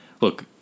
Look